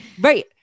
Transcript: Right